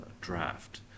draft